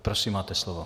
Prosím, máte slovo.